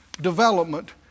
development